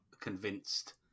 convinced